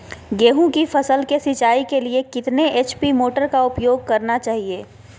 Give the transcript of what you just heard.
गेंहू की फसल के सिंचाई के लिए कितने एच.पी मोटर का उपयोग करना चाहिए?